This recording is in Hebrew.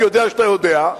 אני יודע שאתה יודע,